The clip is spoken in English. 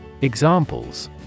Examples